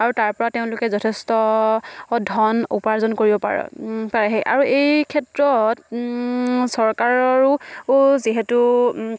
আৰু তাৰপৰা তেওঁলোকে যথেষ্ট ধন উপাৰ্জন কৰিব পাৰে আৰু এই ক্ষেত্ৰত চৰকাৰৰো যিহেতু